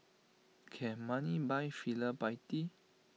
can money buy filial piety